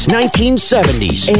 1970s